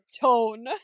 tone